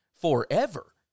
forever